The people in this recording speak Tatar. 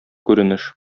күренеш